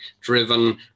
driven